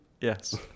Yes